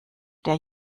der